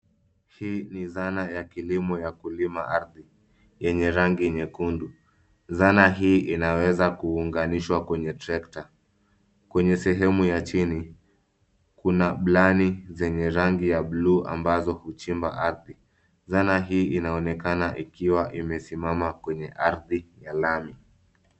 Hii ni zana ya kilimo ya kulima ardhi yenye rangi nyekundu. Zana hii inaweza kuunganishwa kwenye trekta. Kwenye sehemu ya chini kuna blani zenye rangi ya buluu ambazo huchimba ardhi. Zana hii inaonekana ikiwa imesimama kwenye ardhi ya lami.